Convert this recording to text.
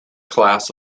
class